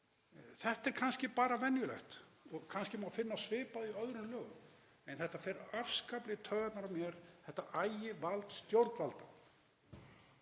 Þetta er kannski bara venjulegt, kannski má finna svipað í öðrum lögum en þetta fer afskaplega í taugarnar á mér, þetta ægivald stjórnvalda